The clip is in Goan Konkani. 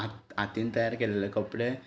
हाती हातीन तयार केलेले कपडे